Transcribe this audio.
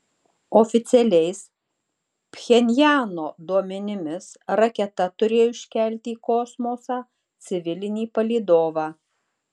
oficialiais pchenjano duomenimis raketa turėjo iškelti į kosmosą civilinį palydovą